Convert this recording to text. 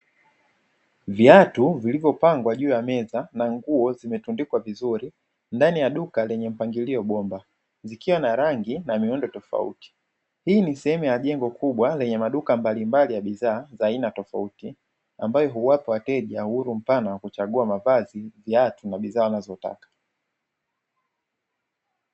Viatu vilivyopangwa juu ya meza na nguo zimetundikwa vizuri ndani ya duka lenye mpangilio bomba zikiwa na rangi na miundo tofauti. Hii ni sehemu ya jengo kubwa lenye maduka ya bidhaa tofautitofauti ambayo huwapa wateja uhuru mpana wa kuchagua mavazi, viatu na bidhaa wanazotaka.